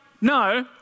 No